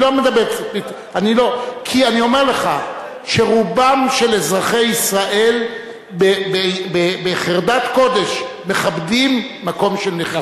אני אומר לך שרובם של אזרחי ישראל בחרדת קודש מכבדים מקום של נכים.